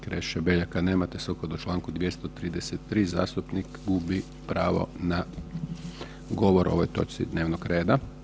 Kreše Beljaka nema te sukladno Članku 233. zastupnik gubi pravo na govor ovoj točci dnevnog reda.